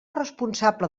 responsable